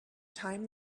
time